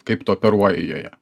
kaip tu operuoji joje